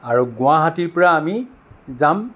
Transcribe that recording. আৰু গুৱাহাটীৰ পৰা আমি যাম